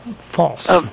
false